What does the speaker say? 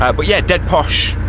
um but yeah, dead posh,